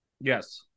Yes